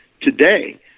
today